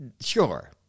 Sure